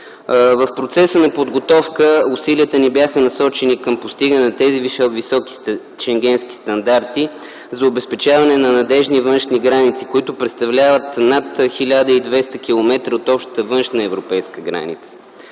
В процеса на подготовка усилията ни бяха насочени към постигане на високите шенгенски стандарти за обезпечаване на надеждни външни граници, които представляват над 1200 км от общата външна европейска граница.